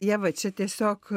ieva čia tiesiog